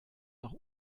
nach